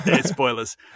Spoilers